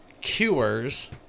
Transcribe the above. cures